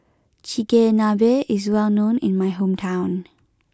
Chigenabe is well known in my hometown